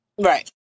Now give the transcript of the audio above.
Right